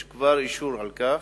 יש כבר אישור על כך,